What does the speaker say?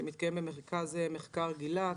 שמתקיים במרכז מחקר גילת,